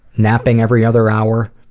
napping every other hour,